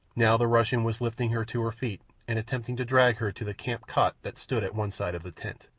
now the russian was lifting her to her feet and attempting to drag her to the camp cot that stood at one side of the tent.